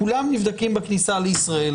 כולם נבדקים בכניסה לישראל.